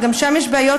וגם שם יש בעיות,